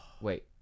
wait